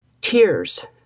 Tears